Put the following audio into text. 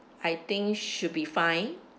I think should be fine